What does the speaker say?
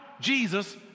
Jesus